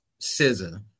scissor